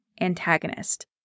antagonist